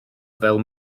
fel